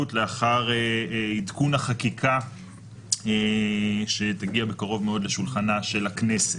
לאחר עדכון החקיקה שתגיע בקרוב מאוד לשולחנה של הכנסת.